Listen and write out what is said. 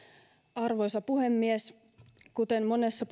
arvoisa puhemies kuten monessa